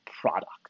product